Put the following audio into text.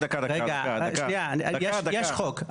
אני יודע שיש חוק.